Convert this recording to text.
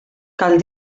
cal